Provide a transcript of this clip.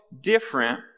different